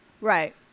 Right